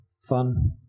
Fun